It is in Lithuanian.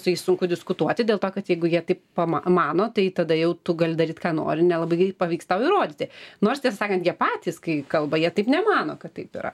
su jais sunku diskutuoti dėl to kad jeigu jie taip pamano tai tada jau tu gali daryti ką nori nelabai pavyks tau įrodyti nors tiesą sakant jie patys kai kalba jie taip nemano kad taip yra